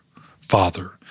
Father